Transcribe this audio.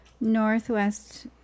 northwest